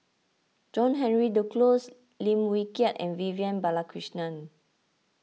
John Henry Duclos Lim Wee Kiak and Vivian Balakrishnan